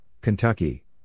Kentucky